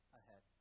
ahead